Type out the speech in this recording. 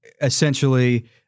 essentially